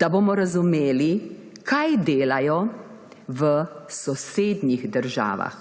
da bomo razumeli, kaj delajo v sosednjih državah?